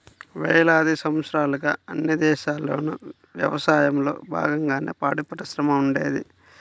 వేలాది సంవత్సరాలుగా అన్ని దేశాల్లోనూ యవసాయంలో బాగంగానే పాడిపరిశ్రమ ఉండేది